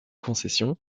concession